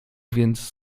więc